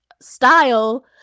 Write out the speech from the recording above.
style